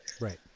Right